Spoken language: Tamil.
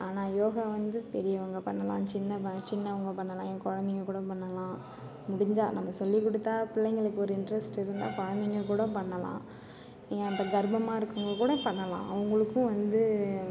ஆனால் யோகா வந்து பெரியவங்கள் பண்ணலாம் சின்னவன் சின்னவங்கள் பண்ணலாம் ஏன் குழந்தைங்க கூட பண்ணலாம் முடிஞ்சால் நம்ம சொல்லி கொடுத்தா பிள்ளைங்களுக்கு ஒரு இன்ட்ரெஸ்ட் இருந்தால் குழந்தைங்க கூட பண்ணலாம் ஏன் இப்ப கர்ப்பமாக இருக்கறவங்க கூட பண்ணலாம் அவங்களுக்கும் வந்து